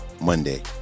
Monday